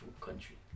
country